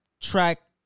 track